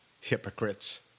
Hypocrites